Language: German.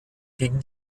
gegen